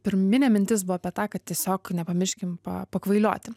pirminė mintis buvo apie tą kad tiesiog nepamirškim pakvailioti